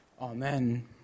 Amen